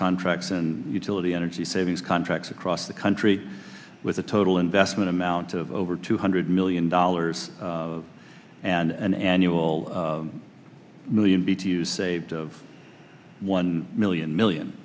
contracts and utility energy savings contracts across the country with a total investment amount to over two hundred million dollars and an annual million b t u s saved of one million million